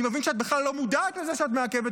אני שמח שהוועדה שאמורה לאשר את זה ביטלה את